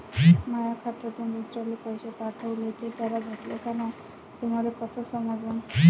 माया खात्यातून दुसऱ्याले पैसे पाठवले, ते त्याले भेटले का नाय हे मले कस समजन?